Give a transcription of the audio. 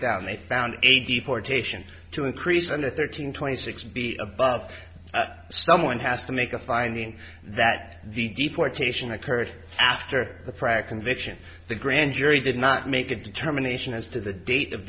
found they found a deportation to increase under thirteen twenty six b above someone has to make a finding that the deportation occurred after the prior conviction the grand jury did not make a determination as to the date of